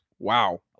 Wow